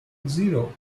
zero